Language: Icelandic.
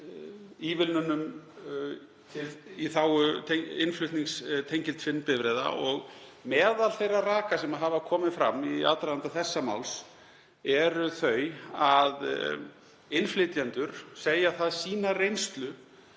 ívilnunum í þágu innflutnings tengiltvinnbifreiða og meðal þeirra raka sem hafa komið fram í aðdraganda þessa máls eru þau að innflytjendur segja það reynslu